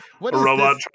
robot